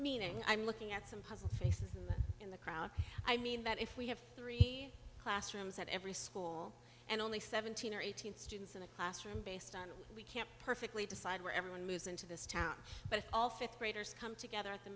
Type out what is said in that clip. meaning i'm looking at some puzzle faces in the crowd i mean that if we have three classrooms at every school and only seventeen or eighteen students in a classroom based on we can't perfectly decide where everyone moves into this town but all fifth graders come together at the